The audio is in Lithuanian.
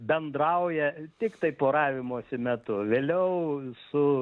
bendrauja tiktai poravimosi metu vėliau su